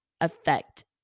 affect